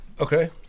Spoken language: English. okay